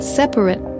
separate